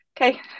okay